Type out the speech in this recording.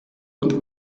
und